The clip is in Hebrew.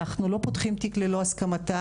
אנחנו לא פותחים תיק ללא הסכמתה,